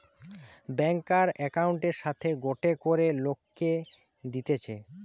ব্যাংকার একউন্টের সাথে গটে করে লোককে দিতেছে